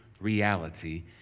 reality